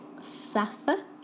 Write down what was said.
Safa